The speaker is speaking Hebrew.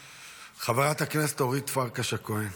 חברת הכנסת אורית פרקש הכהן.